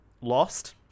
Lost